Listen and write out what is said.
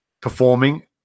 performing